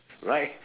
right